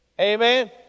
Amen